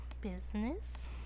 business